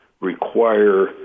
require